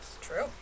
True